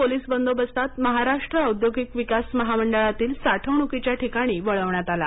police बंदोबस्तात महाराष्ट्र औद्योगिक विकास महामंडळातील साठवणुकीच्या ठिकाणी वळविण्यात आला